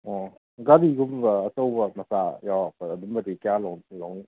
ꯑꯣ ꯒꯥꯔꯤꯒꯨꯝꯕ ꯑꯆꯧꯕ ꯃꯆꯥ ꯌꯥꯎꯔꯛꯄ ꯑꯗꯨꯝꯕꯗꯤ ꯀꯌꯥ ꯂꯧꯅꯤ